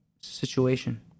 situation